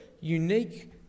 unique